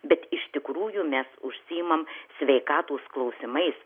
bet iš tikrųjų mes užsiimam sveikatos klausimais